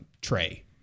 tray